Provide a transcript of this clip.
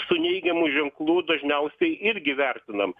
su neigiamu ženklu dažniausiai irgi vertinam